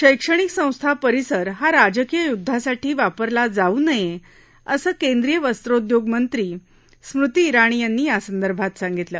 शैक्षणिक संस्था परिसर हा राजकीय युद्धासाठी वापरला जाऊ नये असं केंद्रीय वस्रोउद्योग मंत्री स्मृती इराणी यांनी यासंदर्भात सांगितलं